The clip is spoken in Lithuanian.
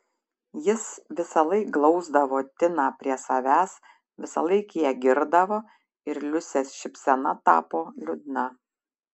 jis visąlaik glausdavo tiną prie savęs visąlaik ją girdavo ir liusės šypsena tapo liūdna